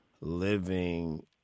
living